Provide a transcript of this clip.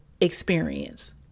experience